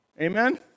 Amen